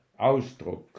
Ausdruck